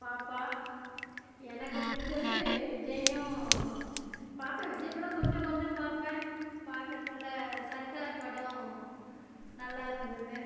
பாப்பா எனக்கு பிடிச்சது விஜயும் பார்ப்பேன் விஜய் படம் கொஞ்சம் கொஞ்சம் பார்ப்பேன் பார்க்குறதுல சர்க்கார் படம் நல்லாயிருந்துது